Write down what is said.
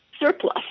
Surplus